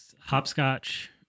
Hopscotch